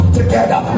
together